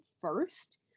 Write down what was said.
first